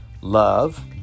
love